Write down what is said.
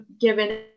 given